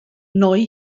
neu